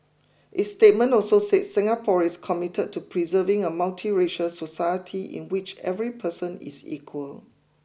its statement also said Singapore is committed to preserving a multiracial society in which every person is equal